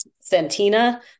Santina